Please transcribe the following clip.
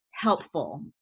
helpful